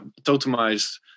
totemized